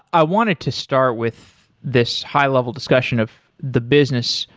i wanted to start with this high level discussion of the business,